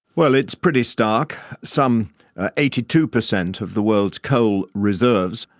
well, it's pretty stark. some eighty two percent of the world's coal reserves,